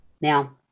Now